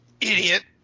idiot